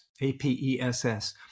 A-P-E-S-S